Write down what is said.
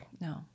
No